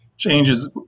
changes